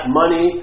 money